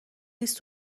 نیست